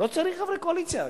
לא צריך חברי קואליציה,